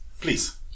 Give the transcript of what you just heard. Please